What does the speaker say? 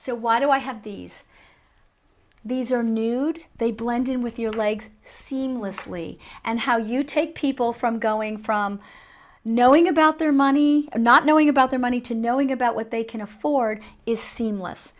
so why do i have these these are new they blend in with your legs seamlessly and how you take people from going from knowing about their money not knowing about their money to knowing about what they can afford is seamless